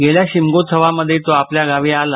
गेल्या शिमगोत्सवामध्ये तो आपल्या गावी आला